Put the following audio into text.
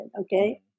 okay